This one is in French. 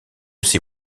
ses